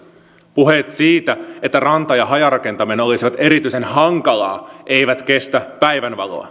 puheet siitä että ranta ja hajarakentaminen olisi erityisen hankalaa eivät kestä päivänvaloa